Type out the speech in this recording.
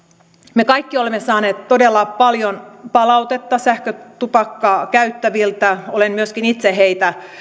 me kaikki olemme saaneet todella paljon palautetta sähkötupakkaa käyttäviltä olen myöskin itse heitä